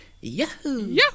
Yahoo